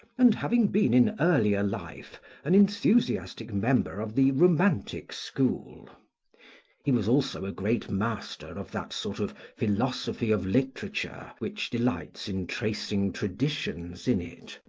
and having been in earlier life an enthusiastic member of the romantic school he was also a great master of that sort of philosophy of literature, which delights in tracing traditions in it,